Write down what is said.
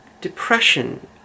depression